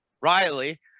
Riley